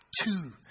two